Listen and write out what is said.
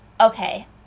okay